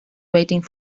waiting